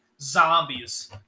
zombies